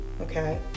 Okay